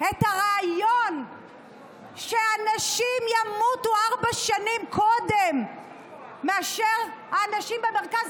את הרעיון שאנשים ימותו ארבע שנים קודם מאשר האנשים במרכז,